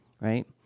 right